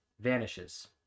vanishes